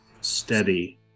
steady